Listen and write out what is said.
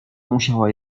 musiała